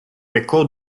recò